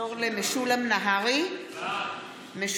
משולם נהרי,